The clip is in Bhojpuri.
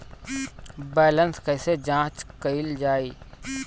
बैलेंस कइसे जांच कइल जाइ?